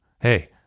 Hey